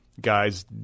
guys